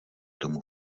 tomu